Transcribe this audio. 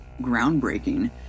groundbreaking